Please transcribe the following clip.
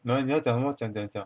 来你要讲什么讲讲讲